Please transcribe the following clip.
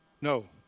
No